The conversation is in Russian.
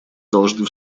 должны